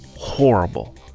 horrible